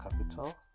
capital